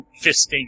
fisting